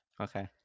Okay